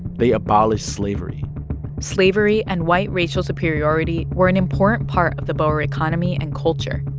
they abolished slavery slavery and white racial superiority were an important part of the boer economy and culture,